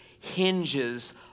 hinges